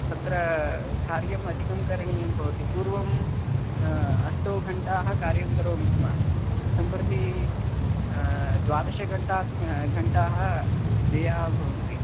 तत्र कार्यमधिकं करणीयं भवति पूर्वं अष्टौ घण्टाः कार्यं करोमि स्म सम्प्रति द्वादशघण्टा घण्टाः व्ययाः भवन्ति